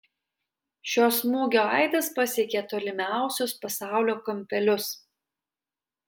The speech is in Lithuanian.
šio smūgio aidas pasiekė tolimiausius pasaulio kampelius